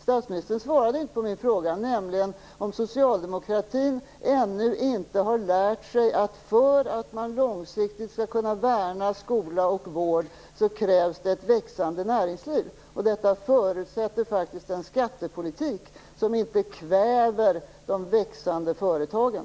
Statsministern svarade inte på min fråga, nämligen om socialdemokratin ännu inte har lärt sig att för att man långsiktigt skall kunna värna skola och vård krävs det ett växande näringsliv. Detta förutsätter faktiskt en skattepolitik som inte kväver de växande företagen.